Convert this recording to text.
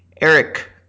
Eric